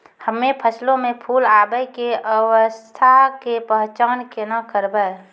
हम्मे फसलो मे फूल आबै के अवस्था के पहचान केना करबै?